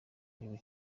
igihugu